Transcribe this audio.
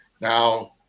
Now